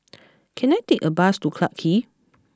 can I take a bus to Clarke Quay